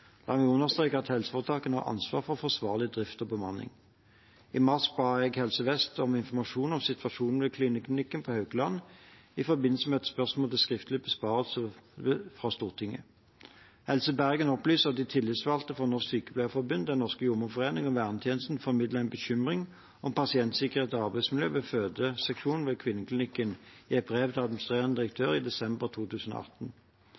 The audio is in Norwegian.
La meg understreke at helseforetakene har ansvar for forsvarlig drift og bemanning. I mars ba jeg Helse Vest om informasjon om situasjonen ved kvinneklinikken på Haukeland i forbindelse med et spørsmål til skriftlig besvarelse fra Stortinget. Helse Bergen opplyser at de tillitsvalgte for Norsk Sykepleierforbund, Den norske jordmorforening og vernetjenesten formidlet en bekymring om pasientsikkerhet og arbeidsmiljø ved fødeseksjonen ved kvinneklinikken i et brev til administrerende